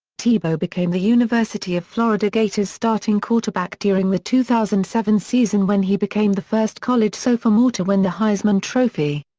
tebow became the university of florida gators' starting quarterback during the two thousand and seven season when he became the first college sophomore to win the heisman trophy.